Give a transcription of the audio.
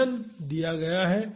वजन दिया गया है